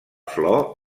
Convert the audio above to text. flor